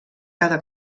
cada